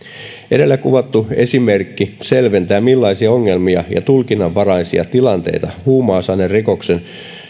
edellä kuvattu esimerkki selventää millaisia ongelmia ja tulkinnanvaraisia tilanteita huumausainerikoksen